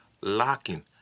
lacking